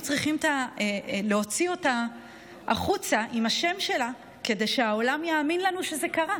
צריכים להוציא אותה החוצה עם השם שלה כדי שהעולם יאמין לנו שזה קרה.